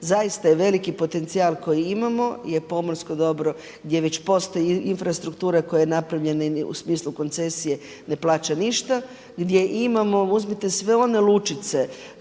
zaista je veliki potencijal koji imamo je pomorsko dobro gdje već postoji infrastruktura koja je napravljen u smislu koncesije ne plaća ništa gdje imamo uzmite sve one lučice